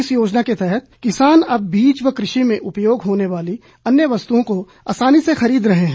इस योजना के तहत किसान अब बीज व कृषि में उपयोग होने वाली अन्य वस्तुओं को आसानी से खरीद रहे हैं